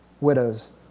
widows